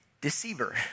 deceiver